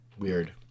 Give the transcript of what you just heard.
weird